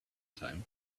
time